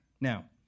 Now